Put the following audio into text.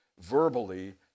verbally